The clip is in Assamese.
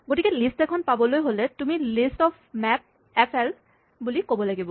গতিকে লিষ্ট এখন পাবলৈ হ'লে তুমি list of map F L বুলি ক'ব লাগিব